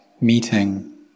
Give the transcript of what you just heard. meeting